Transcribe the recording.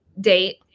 date